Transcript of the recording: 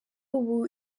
ubu